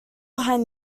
behind